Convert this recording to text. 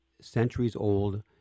centuries-old